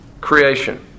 creation